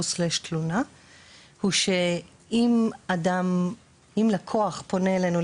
או תלונת ציבור הוא שאם לקוח פונה אלינו,